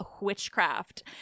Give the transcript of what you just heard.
witchcraft